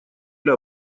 для